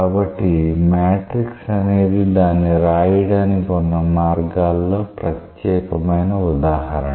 కాబట్టి మ్యాట్రిక్స్ అనేది దాన్ని రాయడానికి ఉన్న మార్గాల్లో ప్రత్యేకమైన ఉదాహరణ